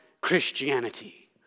Christianity